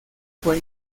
fue